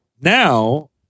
now